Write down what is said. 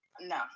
No